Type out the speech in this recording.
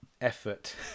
effort